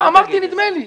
אמרתי שנדמה לי.